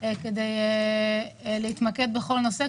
כדי להתמקד בכל נושא.